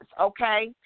okay